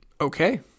Okay